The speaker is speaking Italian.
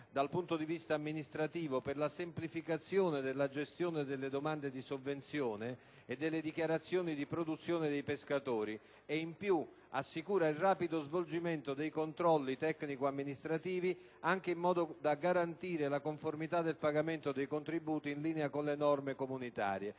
dal punto di vista amministrativo per la semplificazione della gestione delle domande di sovvenzione e delle dichiarazioni di produzione dei pescatori e potrebbe anche assicurare il rapido svolgimento dei controlli tecnico-amministrativi, in modo da garantire la conformità del pagamento dei contributi in linea con le norme comunitarie,